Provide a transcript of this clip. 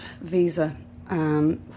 visa